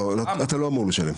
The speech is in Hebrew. לא, במצב שכזה אתה לא אמור לשלם.